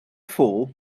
foul